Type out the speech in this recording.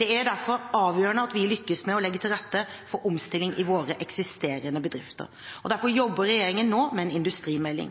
Det er derfor avgjørende at vi lykkes med å legge til rette for omstilling i våre eksisterende bedrifter. Derfor jobber regjeringen nå med en industrimelding.